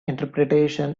interpretation